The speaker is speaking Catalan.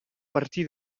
partir